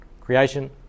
Creation